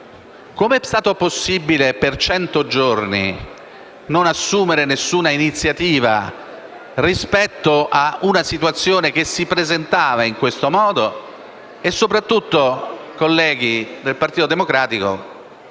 Com'è stato possibile per cento giorni non assumere alcuna iniziativa rispetto a una situazione che si presentava in questo modo? E soprattutto, colleghi del Partito Democratico,